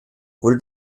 wurde